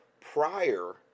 prior